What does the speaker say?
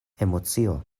emocio